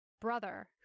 brother